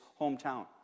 hometown